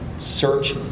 Search